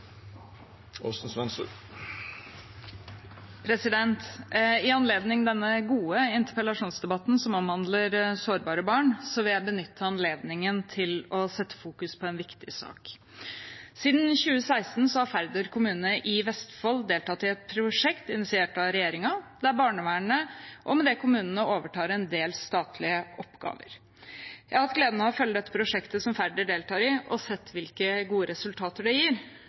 I anledning denne gode interpellasjonsdebatten som omhandler sårbare barn, vil jeg benytte anledningen til å fokusere på en viktig sak. Siden 2016 har Færder kommune i Vestfold deltatt i et prosjekt initiert av regjeringen, der barnevernet – og med det kommunene – overtar en del statlige oppgaver. Jeg har hatt gleden av å følge det prosjektet som Færder deltar i, og sett hvilke gode resultater det gir.